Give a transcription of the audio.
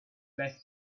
left